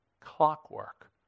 clockwork